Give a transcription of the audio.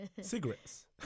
Cigarettes